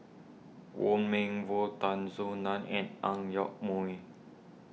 Wong Meng Voon Tan Soo Nan and Ang Yoke Mooi